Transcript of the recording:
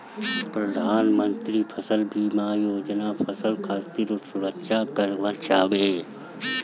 प्रधानमंत्री फसल बीमा योजना फसल खातिर सुरक्षा कवच हवे